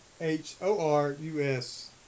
H-O-R-U-S